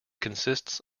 consists